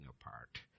apart